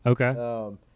Okay